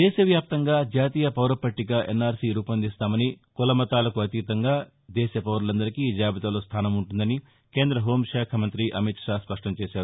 దేశవ్యాప్తంగా జాతీయ పౌర పట్లిక ఎన్ఆర్సి రూపొందిస్తామనికుల మతాలకు అతీతంగా ఈ దేశ పౌరులందరికీ ఈ జాబితాలో స్లానం ఉంటుందని కేంద్ర హోంశాఖా మంత్రి అమిత్షా స్పష్టంచేశారు